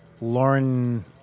Lauren